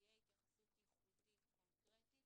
תהיה התייחסות ייחודית קונקרטית